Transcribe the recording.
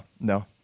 no